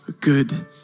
good